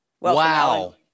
Wow